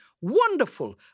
wonderful